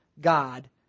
God